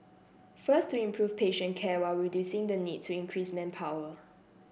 first to improve patient care while reducing the need to increase manpower